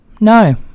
No